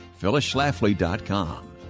phyllisschlafly.com